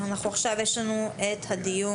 כנראה נצטרך להתכנס גם ביום רביעי אבל נכון